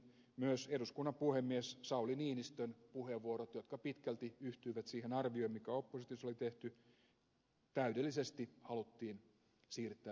myös eduskunnan puhemies sauli niinistön puheenvuorot jotka pitkälti yhtyivät siihen arvioon mikä oppositiossa oli tehty täydellisesti haluttiin siirtää syrjään